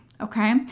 Okay